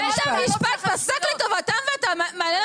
בית המשפט פסק לטובתם ואתה אומר,